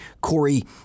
Corey